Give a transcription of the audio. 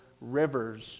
rivers